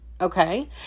okay